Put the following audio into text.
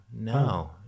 no